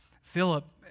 Philip